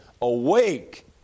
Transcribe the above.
awake